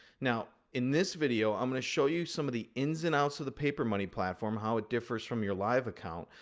now, in this video, i'm going to show you some of the ins and outs of the papermoney platform, how it differs from your live account,